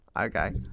Okay